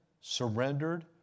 surrendered